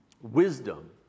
wisdom